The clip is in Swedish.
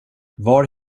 var